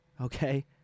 okay